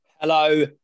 Hello